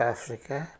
Africa